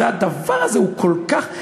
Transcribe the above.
הדבר הזה הוא כל כך,